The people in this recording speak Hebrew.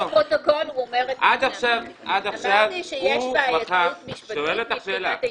אמרתי שיש בעייתיות משפטית מבחינת ההתנהלות.